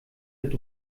mit